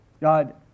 God